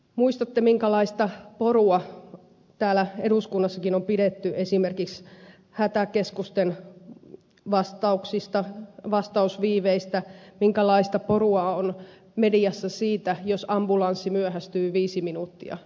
muistatte minkälaista porua täällä eduskunnassakin on pidetty esimerkiksi hätäkeskusten vastausviiveistä minkälaista porua on mediassa siitä jos ambulanssi myöhästyy viisi minuuttia